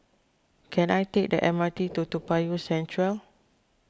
can I take the M R T to Toa Payoh Central